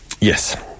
Yes